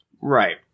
Right